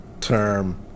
term